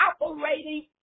operating